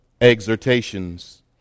exhortations